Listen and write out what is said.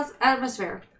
atmosphere